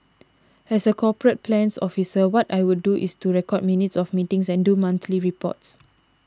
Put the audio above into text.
as a corporate plans officer what I would do is to record minutes of meetings and do monthly reports